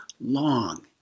long